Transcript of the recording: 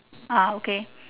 ah okay